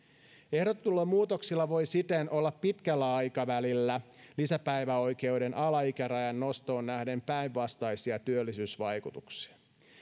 ehdotetuilla muutoksilla voi siten olla pitkällä aikavälillä lisäpäiväoikeuden alaikärajan nostoon nähden päinvastaisia työllisyysvaikutuksia